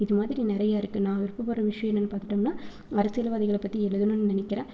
இது மாதிரி நிறைய இருக்குது நான் விருப்பப்படுற விஷிய என்னென்னு பார்த்துட்டோம்னா அரசியல்வாதிகளை பற்றி எழுதணுன்னு நினைக்கிறேன்